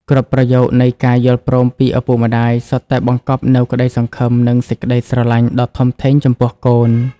គ្រប់ប្រយោគនៃការយល់ព្រមពីឪពុកម្ដាយ សុទ្ធតែបង្កប់នូវក្ដីសង្ឃឹម និងសេចក្ដីស្រឡាញ់ដ៏ធំធេងចំពោះកូន។